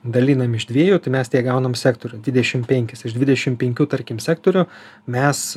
dalinam iš dviejų tai mes tieg gaunam sektorių dvidešimt penkis iš dvidešimt penkių tarkim sektorių mes